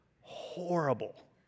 horrible